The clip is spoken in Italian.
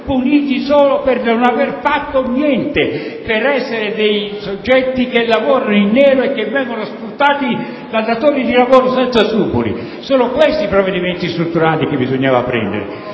puniti solo per non avere fatto niente, per essere soggetti che lavorano in nero e che vengono sfruttati da datori di lavoro senza scrupoli. Sono questi i provvedimenti strutturali che bisognava prendere!